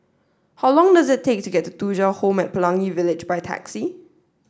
how long does it take to get to Thuja Home at Pelangi Village by taxi